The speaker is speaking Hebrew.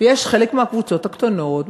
וחלק מהקבוצות הקטנות,